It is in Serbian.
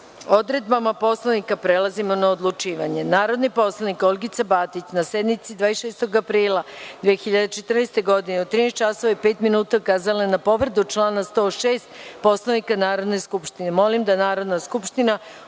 odredbama Poslovnika, prelazimo na odlučivanje. Narodni poslanik Olgica Batić, na sednici 26. aprila 2014. godine, u 13.05 časova, ukazala je na povredu člana 106. Poslovnika Narodne skupštine. Molim da Narodna skupština odluči